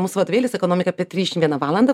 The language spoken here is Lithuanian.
mūsų vadovėlis ekonomika per trisdešim vieną valandą